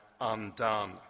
undone